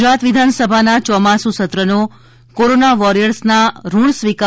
ગુજરાત વિધાનસભાના ચોમાસુ સત્રનો કોરોના વારિયર્સના ઋણ સ્વીકાર